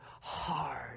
hard